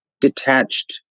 detached